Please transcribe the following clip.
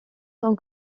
tant